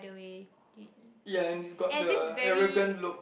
way and it is very